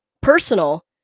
personal